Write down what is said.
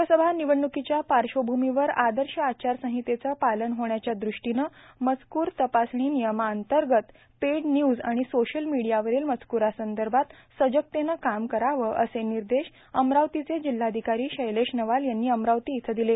लोकसभा ानवडणूकांच्या पाश्वभूमीवर आदश आचारसंाहतेचं पालन होण्याच्या दृष्टांनं मजकूर तपासणी र्भानयमा अंतगत पेड न्यूज आर्थण सोशल र्भमडीयावराल मजकूरासंदभात सजगतेनं काम करावं असे निदश अमरावतीचे जिल्हार्धिकारां शैलेश नवाल यांनी अमरावती इथं दिले